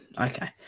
Okay